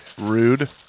rude